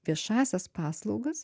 viešąsias paslaugas